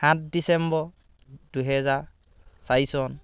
আঠ ডিচেম্বৰ দুইহেজাৰ চাৰি চন